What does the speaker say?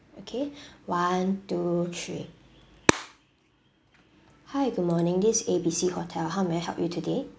okay one two three hi good morning this is A B C hotel how may I help you today